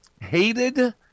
hated